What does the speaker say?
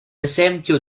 esempio